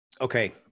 Okay